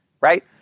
Right